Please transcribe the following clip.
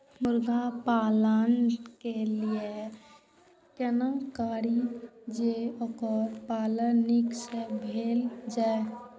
मुर्गी पालन के लिए केना करी जे वोकर पालन नीक से भेल जाय?